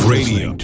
Radio